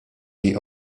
jej